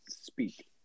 speak